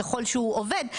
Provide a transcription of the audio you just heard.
ככל שהוא עובד.